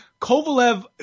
Kovalev